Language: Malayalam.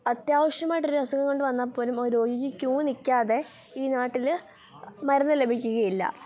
അത്യാവശ്യമായിട്ട് ഒരു അസുഖം കൊണ്ട് വന്നാൽ പോലും ഒരു രോഗിക്ക് ക്യൂ നിൽക്കാതെ ഈ നാട്ടിൽ മരുന്ന് ലഭിക്കുകയില്ല